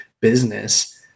business